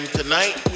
tonight